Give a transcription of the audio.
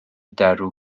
derw